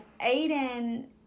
Aiden